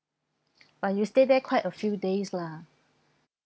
but you stay there quite a few days lah